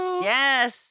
Yes